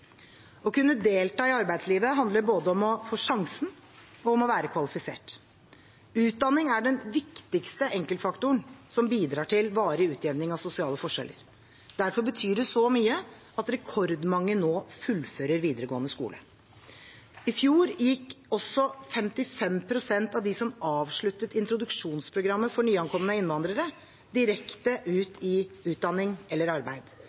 Å kunne delta i arbeidslivet handler både om å få sjansen og om å være kvalifisert. Utdanning er den viktigste enkeltfaktoren som bidrar til varig utjevning av sosiale forskjeller. Derfor betyr det så mye at rekordmange nå fullfører videregående skole. I fjor gikk også 55 pst. av de som avsluttet introduksjonsprogrammet for nyankomne innvandrere, direkte ut i utdanning eller arbeid.